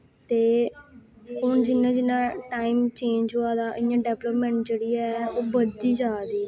ते हून जि'यां जि'यां टाइम चेंज होआ दा इ'यां डेवलपमैंट जेह्ड़ी ऐ ओह् बधदी जा दी